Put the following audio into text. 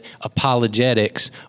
apologetics